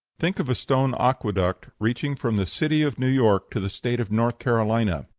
think of a stone aqueduct reaching from the city of new york to the state of north carolina!